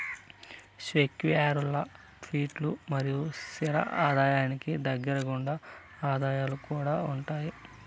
సెక్యూరీల్ల క్విటీలు మరియు స్తిర ఆదాయానికి దగ్గరగుండే ఆదాయాలు కూడా ఉండాయి